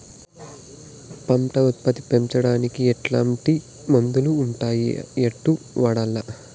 పంట ఉత్పత్తి పెంచడానికి ఎట్లాంటి మందులు ఉండాయి ఎట్లా వాడల్ల?